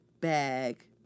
bag